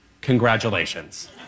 congratulations